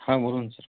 हां बोला न सर